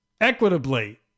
equitably